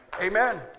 Amen